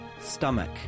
stomach